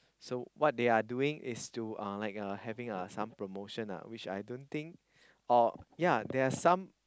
so what they are doing is to uh like uh having uh some promotion ah which I don't think or yea there are some